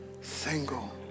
single